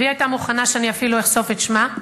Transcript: והיא היתה מוכנה שאני אפילו אחשוף את שמה,